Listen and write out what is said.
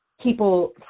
people